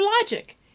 logic